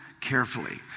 carefully